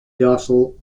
dorsal